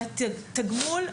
והתגמול?